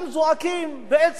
בעצם אותם קשישים,